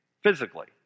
physically